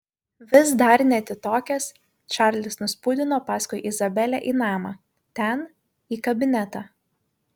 vis dar neatitokęs čarlis nuspūdino paskui izabelę į namą ten į kabinetą